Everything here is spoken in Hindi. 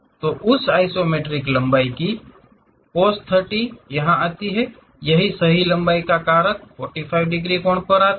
तो उस आइसोमेट्रिक लंबाई की cos30 यहाँ आती है सही लंबाई का कारक 45 कोण पर आता है